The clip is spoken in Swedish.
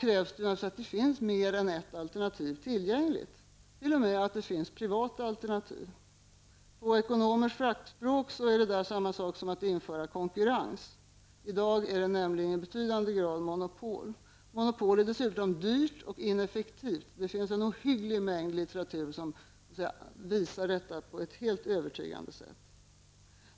krävs det att det finns mer än ett alternativ tillgängligt, t.o.m. att det finns privata alternativ. På ekonomiskt fackspråk är detta samma sak som att införa konkurrens. I dag är det nämligen i betydande grad monopol. Monopol är dessutom dyra och ineffektiva. Det finns en ohygglig mängd litteratur som visar detta på ett helt övertygande sätt.